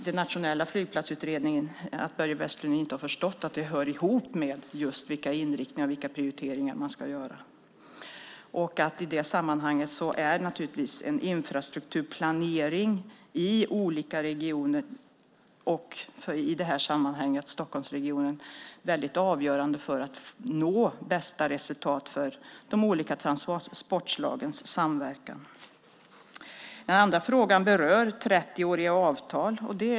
Det är bara beklagansvärt att Börje Vestlund inte har förstått att det hör ihop med vilka inriktningar och vilka prioriteringar man ska göra. I det sammanhanget är naturligtvis infrastrukturplaneringen i olika regioner, i detta fall Stockholmsregionen, helt avgörande för att nå bästa resultat för de olika transportslagens samverkan. Den andra frågan berör det 30-åriga avtalet.